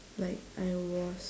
like I was